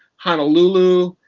honolulu,